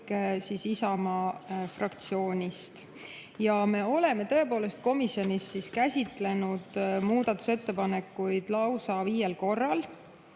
kõik Isamaa fraktsiooni esitatud. Me oleme tõepoolest komisjonis käsitlenud muudatusettepanekuid lausa viiel korral: